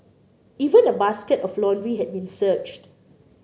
even a basket of laundry had been searched